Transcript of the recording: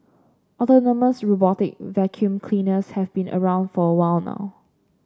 autonomous robotic vacuum cleaners have been around for a while now